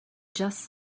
just